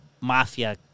mafia